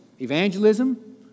evangelism